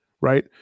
right